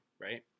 right